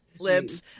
lips